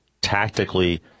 tactically